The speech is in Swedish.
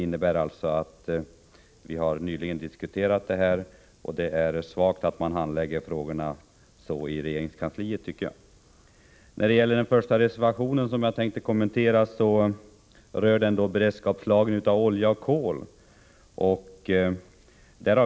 Frågan har alltså nyligen diskuterats, och därför är det svagt att den handläggs på detta sätt i regeringskansliet. Reservation 1, som jag skall kommentera, berör frågan om beredskapslagring av olja och kol.